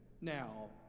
now